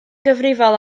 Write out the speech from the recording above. gyfrifol